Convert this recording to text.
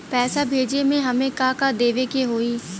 पैसा भेजे में हमे का का देवे के होई?